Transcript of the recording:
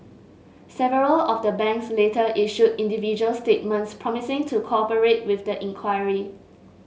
several of the banks later issued individual statements promising to cooperate with the inquiry